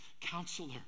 counselor